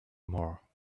more